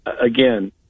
again